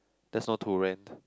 that's all to rent